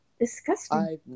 Disgusting